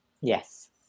Yes